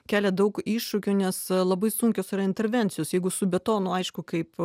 kelia daug iššūkių nes labai sunkios yra intervencijos jeigu su betonu aišku kaip